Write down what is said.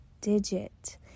Digit